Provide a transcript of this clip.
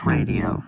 Radio